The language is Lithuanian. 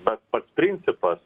bet pats principas